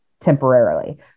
temporarily